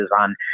on